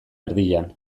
erdian